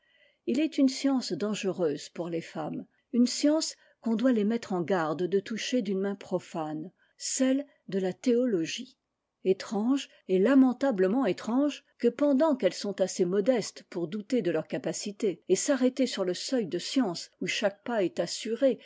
il est une science dangereuse pour les femmesune science qu'on doit les mettre en garde de toucher d'une main profane celle de la théologie etrange et lamentablement étrange que pendant qu'elles sont assez modestes pour douter de leurs capacités et s'arrêter sur le seuil de sciences où chaque pas est assuré